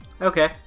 Okay